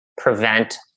prevent